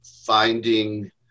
Finding